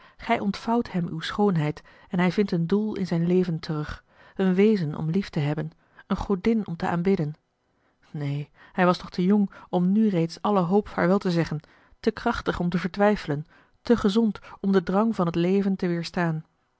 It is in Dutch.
gij ontvouwt hem uw schoonheid en hij vindt een doel in zijn leven terug een wezen om lieftehebben een godin om te aanbidden neen hij was nog te jong om nu reeds alle hoop vaarwel te zeggen te krachtig om te vertwijfelen te gezond om den drang van het leven te weerstaan